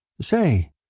Say